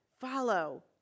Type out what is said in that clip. follow